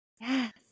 yes